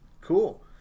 cool